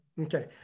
Okay